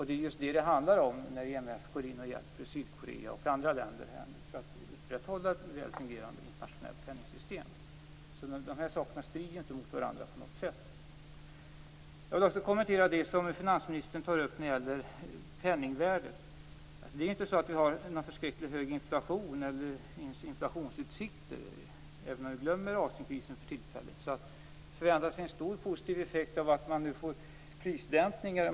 Det är just det som det handlar om när IMF går in och hjälper Sydkorea och andra länder att upprätthålla ett väl fungerande internationellt penningsystem. De sakerna strider inte på något sätt mot varandra. Jag vill också kommentera det som finansministern tog upp om penningvärdet. Det är inte så att vi har en förskräckligt hög inflation eller ens inflationsutsikter, om vi för tillfället glömmer Asienkrisen. Det förväntas en stor positiv effekt av att man nu får prisdämpningar.